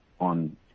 on